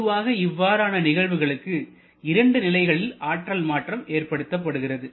பொதுவாக இவ்வாறான நிகழ்வுகளுக்கு இரண்டு நிலைகளில் ஆற்றல் மாற்றம் ஏற்படுத்தப்படுகிறது